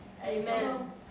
Amen